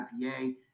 IPA